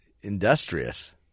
industrious